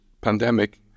pandemic